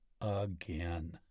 again